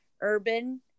Urban